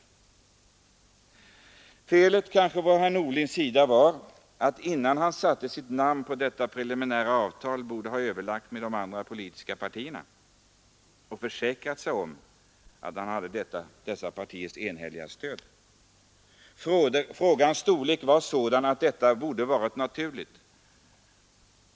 Det fel herr Norling begick var kanske att han innan han satte sitt namn på detta preliminära avtal inte överlade med de andra politiska partierna och försäkrade sig om att han hade deras enhälliga stöd. Frågans storleksordning var sådan att det borde ha varit naturligt.